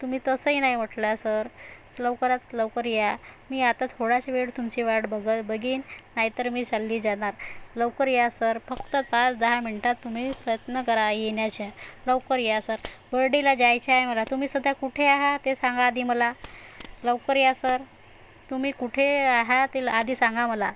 तुम्ही तसंही नाही म्हटलं सर लवकरात लवकर या मी आता थोडाच वेळ तुमची वाट बघ बघीन नाही तर मी चालली जाणार लवकर या सर फक्त पाच दहा मिनटात तुम्ही प्रयत्न करा येण्याचे लवकर या सर बर्डीला जायचं आहे मला तुम्ही सध्या कुठे आहात ते सांगा आधी मला लवकर या सर तुम्ही कुठे आहात ते आधी सांगा मला